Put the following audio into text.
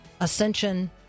ascension